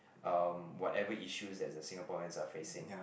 um whatever issues that the Singaporeans are facing